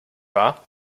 wahr